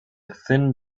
thin